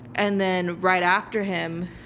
and then, right after him,